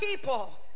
people